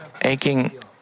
aching